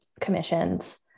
commissions